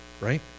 right